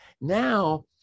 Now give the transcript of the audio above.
Now